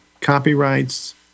copyrights